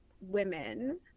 women